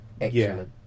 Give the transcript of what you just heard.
excellent